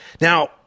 Now